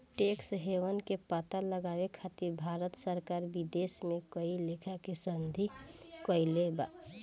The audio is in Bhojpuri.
टैक्स हेवन के पता लगावे खातिर भारत सरकार विदेशों में कई लेखा के संधि कईले बा